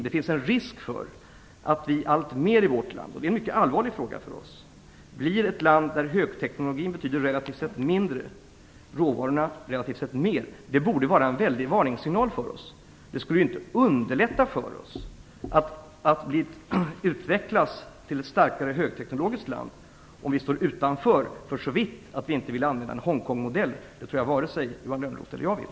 Det finns risk för att vi, vilket vore mycket allvarligt för oss, blir ett land där högteknologin betyder relativt sett mindre och råvarorna relativt sett mer. Det borde vara en stark varningssignal för oss. Det underlättar ju inte för oss att utvecklas till ett starkare högteknologiskt land om vi står utanför, såvitt vi inte vill använda en Hongkongmodell. Men det tror jag inte att vare sig Johan Lönnroth eller jag vill.